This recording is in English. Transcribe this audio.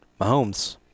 mahomes